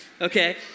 okay